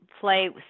play